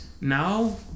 now